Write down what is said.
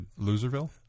Loserville